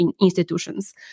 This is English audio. institutions